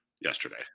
yesterday